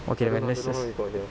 okay then let's just